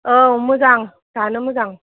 औ मोजां जानो मोजां